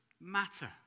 matter